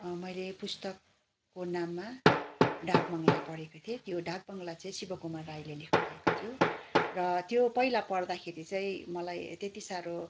मैले पुस्तकको नाममा डाकबङ्ला पढेको थिएँ त्यो डाकबङ्ला चाहिँ शिवकुमार राईले लेख्नु भएको थियो र त्यो पहिला पढ्दाखेरि चाहिँ मलाई त्यति साह्रो